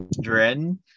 Dren